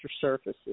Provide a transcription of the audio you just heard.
surfaces